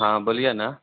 हाँ बोलिए ना